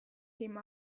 came